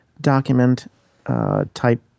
document-type